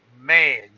man